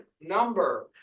number